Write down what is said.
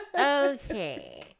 Okay